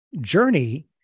journey